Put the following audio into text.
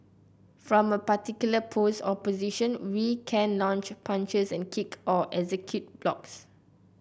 from a particular pose or position we can launch punches and kick or execute blocks